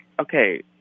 okay